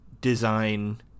design